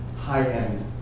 high-end